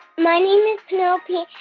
my name is penelope,